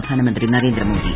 പ്രധാനമന്ത്രി നരേന്ദ്രമോദി